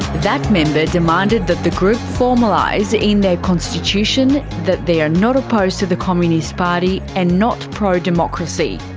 that member demanded that the group formalise in their constitution that they are not opposed to the communist party and not pro-democracy.